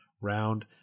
round